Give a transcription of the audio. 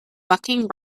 bucking